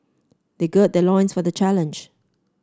they gird their loins for the challenge